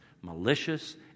malicious